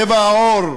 צבע העור,